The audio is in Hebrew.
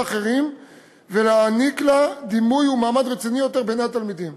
האחרים ולהעניק לה דימוי ומעמד רציניים יותר בעיני התלמידים.